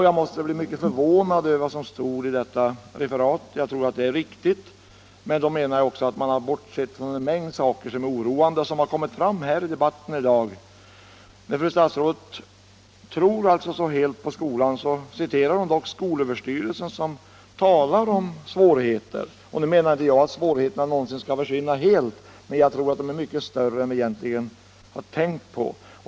Jag blev mycket förvånad över vad som stod i detta referat. Jag tror att det är riktigt, men då menar jag också att man har bortsett från en mängd saker som är oroande och som har kommit fram här i debatten i dag. När fru statsrådet alltså tror så helt på skolan, citerar hon dock skolöverstyrelsen som talar om svårigheter. Nu menar inte jag att svårigheterna någonsin skall försvinna helt, men jag tror att de är mycket större än vi egentligen har tänkt på.